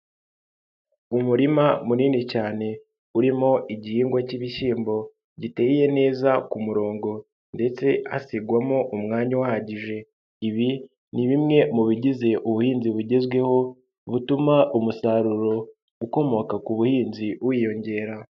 Umurima munini cyane urimo igihingwa cy'ibishyimbo, giteye neza ku murongo ndetse hasigwamo umwanya uhagije, ibi ni bimwe mu bigize ubuhinzi bugezweho, butuma umusaruro ukomoka ku buhinzi wiyongera.